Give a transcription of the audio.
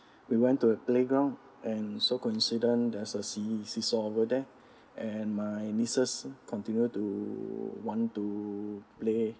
we went to a playground and so coincident there's a see~ seesaw over there and my nieces continue to want to play